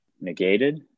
negated